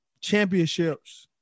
championships